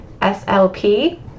S-L-P